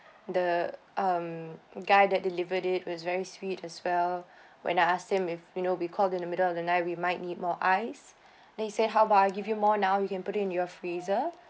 the um guy that delivered it was very sweet as well when I asked him if you know we called in the middle of the night we might need more ices then he said how about I give you more now you can put in your freezer